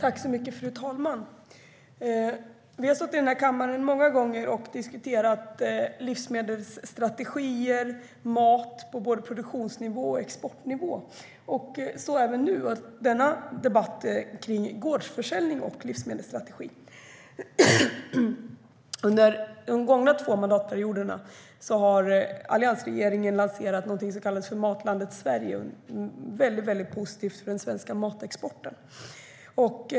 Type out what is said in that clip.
Fru talman! Vi har diskuterat livsmedelsstrategier och mat både på produktionsnivå och exportnivå i den här kammaren många gånger, så även nu i denna debatt kring gårdsförsäljning och livsmedelsstrategin. Alliansregeringen lanserade någonting som kallades för Matlandet Sverige, något som varit väldigt positivt för den svenska matexporten.